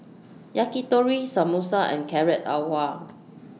Yakitori Samosa and Carrot Halwa